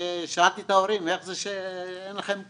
כששאלתי את ההורים איך זה שאין לכם כלום,